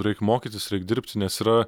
reik mokytis reik dirbti nes yra